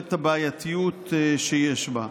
את הבעייתיות שיש בה.